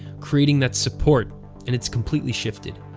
creating that support and it's completely shifted.